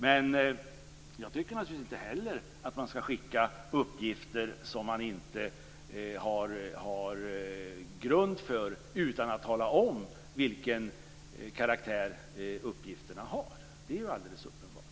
Naturligtvis tycker inte heller jag att man skall skicka uppgifter som man inte har grund för, utan att tala om vilken karaktär uppgifterna har. Det är alldeles uppenbart.